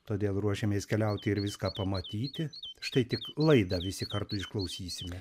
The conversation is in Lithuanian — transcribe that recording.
todėl ruošiamės keliauti ir viską pamatyti štai tik laidą visi kartu išklausysime